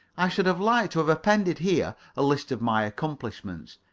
i should have liked to have appended here a list of my accomplishments,